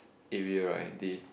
area right they